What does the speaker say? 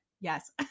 yes